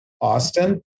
Austin